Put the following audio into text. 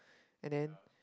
and then